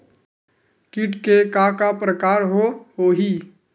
कीट के का का प्रकार हो होही?